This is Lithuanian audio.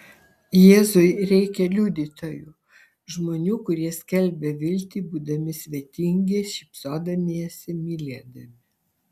jėzui reikia liudytojų žmonių kurie skelbia viltį būdami svetingi šypsodamiesi mylėdami